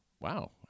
Wow